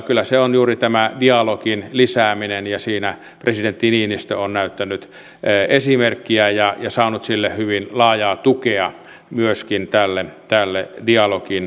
kyllä se on juuri tämä dialogin lisääminen ja siinä presidentti niinistö on näyttänyt esimerkkiä ja saanut hyvin laajaa tukea myöskin tälle dialogin lisäämiselle